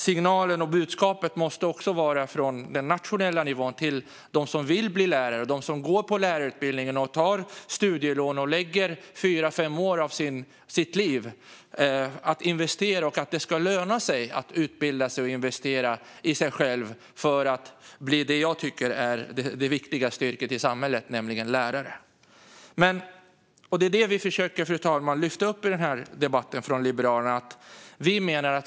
Signalen och budskapet från den nationella nivån till dem som vill bli lärare och dem som går på lärarutbildningen, tar studielån och lägger fyra fem år av sitt liv på detta ska vara att det ska löna sig att utbilda sig och investera i sig själv för att bli det som jag tycker är det viktigaste yrket i samhället, nämligen lärare. Det är detta som jag för Liberalernas räkning försöker lyfta upp här i debatten, fru talman.